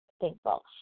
thankful